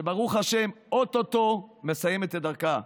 שברוך השם, או-טו-טו מסיימת את דרכה.